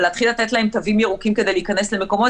להתחיל לתת להם תווים ירוקים כדי להיכנס למקומות,